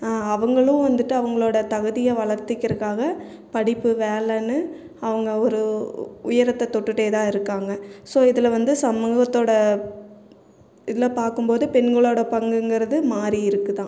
அவர்களும் வந்துட்டு அவர்களோட தகுதியை வளர்த்திக்கிறக்காக படிப்பு வேலைன்னு அவங்க ஒரு உயரத்தை தொட்டுகிட்டே தான் இருக்காங்க ஸோ இதில் வந்து சமூகத்தோட இதில் பார்க்கும் போது பெண்களோட பங்குங்கிறது மாறியிருக்குது தான்